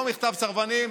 לא מכתב סרבנים,